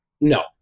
no